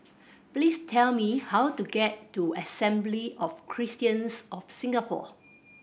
please tell me how to get to Assembly of Christians of Singapore